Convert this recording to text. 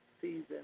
season